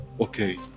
Okay